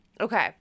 okay